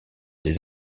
des